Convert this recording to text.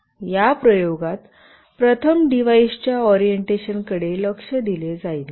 या प्रयोगात प्रथम डिव्हाइसच्या ओरिएंटेशन कडे लक्ष दिले जाईल